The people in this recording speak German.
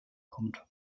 kommt